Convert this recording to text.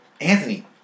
Anthony